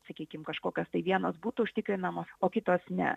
sakykim kažkokios tai vienos būtų užtikrinamos o kitos ne